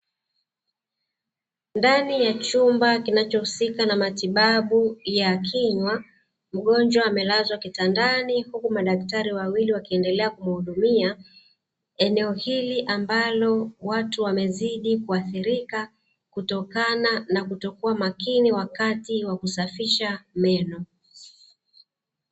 Ndani ya chumba kinachohusika na matibabu ya kinywa, mgonjwa amelazwa kitandani huku madaktari wawili wakiendelea kumhudumia. Eneo hili ambalo watu wamezidi kuadhirika kutokana na kutokuwa makini wakati wa kusafisha meno.